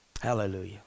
Hallelujah